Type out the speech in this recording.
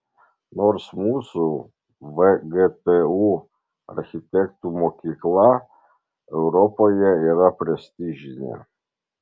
nors mūsų vgtu architektų mokykla europoje yra prestižinė